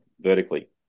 vertically